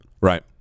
Right